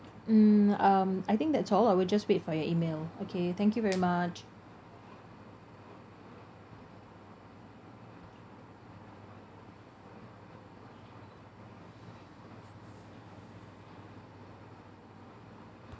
mm um I think that's all I will just wait for your email okay thank you very much